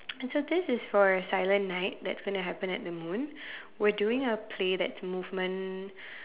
and so this is for silent night that's gonna happen at The Moon we're doing a play that's movement